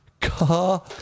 Car